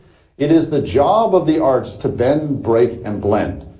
it is the job of the arts to bend, break and blend,